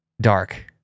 dark